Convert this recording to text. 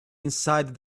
inside